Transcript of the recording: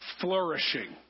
flourishing